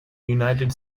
united